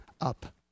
up